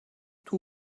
two